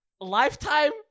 lifetime